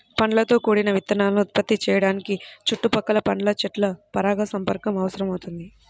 పండ్లతో కూడిన విత్తనాలను ఉత్పత్తి చేయడానికి చుట్టుపక్కల పండ్ల చెట్ల పరాగసంపర్కం అవసరమవుతుంది